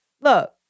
Look